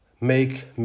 make